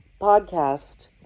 podcast